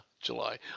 July